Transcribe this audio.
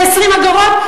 זה 20 אגורות?